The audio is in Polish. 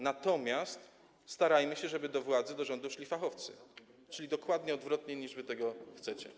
Natomiast starajmy się, żeby do władzy, do rządu szli fachowcy, czyli dokładnie odwrotnie niż wy tego chcecie.